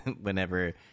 Whenever